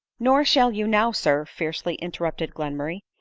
nor shall you now, sir, fiercely interrupted glen murray.